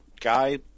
guy